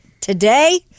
today